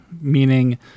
meaning